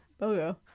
Bogo